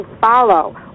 follow